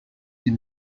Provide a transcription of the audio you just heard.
die